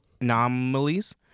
anomalies